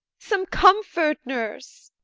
some comfort, nurse.